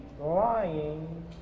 lying